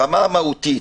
ברמה המהותית,